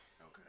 Okay